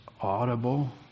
audible